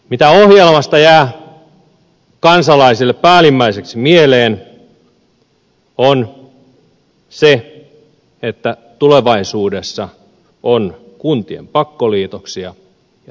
mitä ohjelmasta jää kansalaisille päällimmäiseksi mieleen on se että tulevaisuudessa on kuntien pakkoliitoksia ja tasaverot nousevat